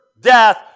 death